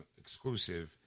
exclusive